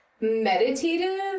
meditative